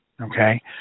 okay